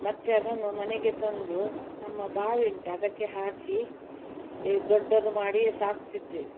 ಮತ್ತೆ ಅದನ್ನು ಮನೆಗೆ ತಂದು ನಮ್ಮ ಬಾವಿ ಉಂಟು ಅದಕ್ಕೆ ಹಾಕಿ ದೊಡ್ಡದು ಮಾಡಿ ಸಾಕ್ತಿದ್ವಿ